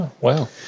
wow